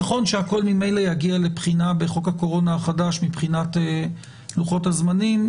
נכון שהכול ממילא יגיע לבחינה בחוק הקורונה חדש מבחינת לוחות הזמנים.